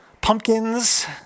pumpkins